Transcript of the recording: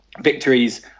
victories